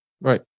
Right